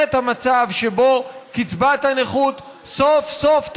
את המצב שבו קצבת הנכות סוף-סוף תעלה.